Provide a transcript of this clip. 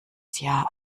jahr